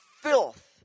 filth